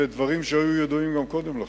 אלה דברים שהיו ידועים גם קודם לכן.